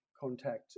Contact